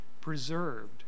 preserved